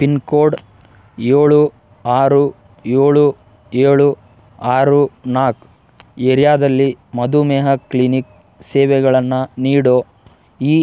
pin code ಏಳು ಆರು ಏಳು ಏಳು ಆರು ನಾಲ್ಕು ಏರಿಯಾದಲ್ಲಿ ಮಧುಮೇಹ ಕ್ಲಿನಿಕ್ ಸೇವೆಗಳನ್ನು ನೀಡೋ ಇ